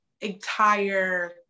entire